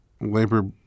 labor